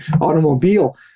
automobile